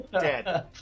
dead